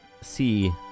see